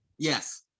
Yes